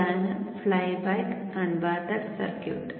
ഇതാണ് flyback converter circuit